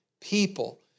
people